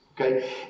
Okay